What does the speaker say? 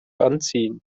anziehen